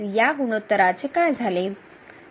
तर या गुणोत्तराचे काय झाले